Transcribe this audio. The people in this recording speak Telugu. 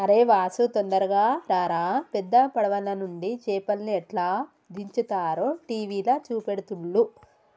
అరేయ్ వాసు తొందరగా రారా పెద్ద పడవలనుండి చేపల్ని ఎట్లా దించుతారో టీవీల చూపెడుతుల్ను